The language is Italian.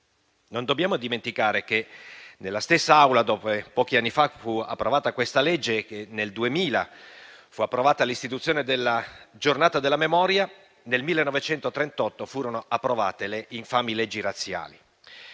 Non dobbiamo dimenticare che nella stessa Aula, dove pochi anni fa approvata questa legge e nel 2000 fu approvata l'istituzione del Giorno della memoria, nel 1938 furono approvate le infami leggi razziali.